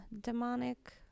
demonic